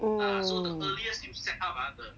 oh